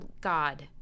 God